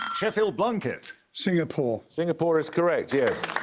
sheffield, blunkett. singapore. singapore is correct, yes.